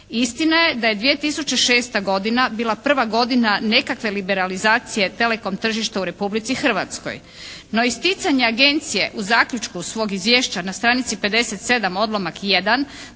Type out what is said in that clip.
Istina je da je 2006. godina bila prva godina nekakve liberalizacije telecom tržišta u Republici Hrvatskoj. No, isticanje agencije u zaključku svog izvješća na stranici 57.